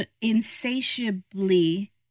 insatiably